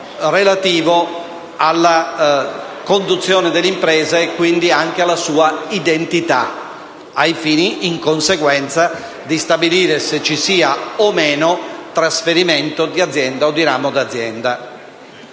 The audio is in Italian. relativo alla conduzione dell'impresa e, quindi, anche alla sua identità, ai fini, in conseguenza, di stabilire se vi sia o no trasferimento di azienda o di ramo d'azienda.